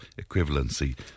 equivalency